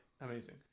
amazing